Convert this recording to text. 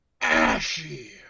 ashy